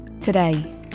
Today